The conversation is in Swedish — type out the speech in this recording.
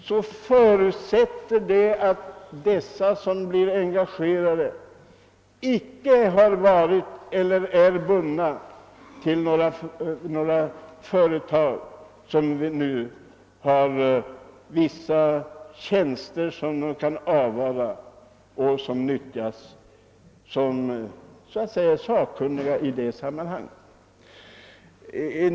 Det förutsätter att den personal som rekryteras eller de personer som används som sakkunniga inte är bundna till några företag som har vinstintressen i branschen.